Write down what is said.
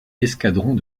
escadrons